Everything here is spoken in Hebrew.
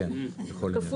כפול שתיים.